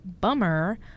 bummer